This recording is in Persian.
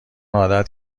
عادت